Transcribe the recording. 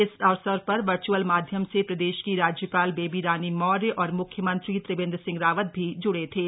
इस अवसर पर वर्च्अल माध्यम से प्रदेश की राज्यपाल बेबी रानी मौर्य और म्ख्यमंत्री त्रिवेन्द्र सिंह रावत भी ज्ड़े थे